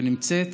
שנמצאת